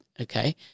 okay